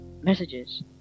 messages